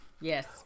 Yes